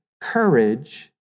courage